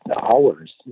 hours